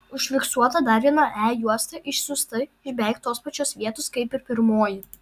užfiksuota dar viena e juosta išsiųsta iš beveik tos pačios vietos kaip ir pirmoji